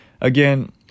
Again